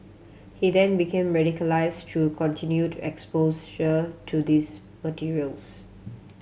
he then became radicalised through continued exposure to these materials